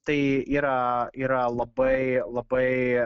tai yra yra labai labai